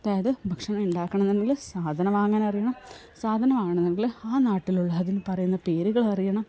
അതായത് ഭക്ഷണം ഉണ്ടാക്കണം എന്നുണ്ടെങ്കില് സാധനം വാങ്ങാനറിയണം സാധനം വാങ്ങണമെങ്കില് ആ നാട്ടിലുള്ള അതിനു പറയുന്ന പേരുകളറിയണം